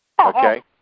Okay